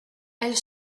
elle